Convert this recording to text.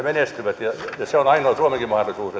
menestyvät se on ainoa suomenkin mahdollisuus